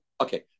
okay